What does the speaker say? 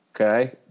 Okay